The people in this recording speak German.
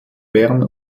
bern